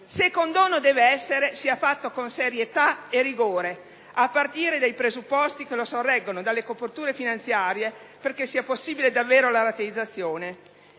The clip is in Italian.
colossale - sia fatto con serietà e rigore, a partire dai presupposti che lo sorreggono, dalle coperture finanziarie, perché sia possibile davvero la rateizzazione.